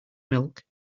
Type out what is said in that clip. milk